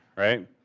right?